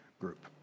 group